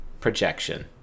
projection